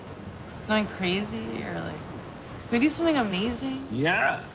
something crazy, or like but do something amazing? yeah,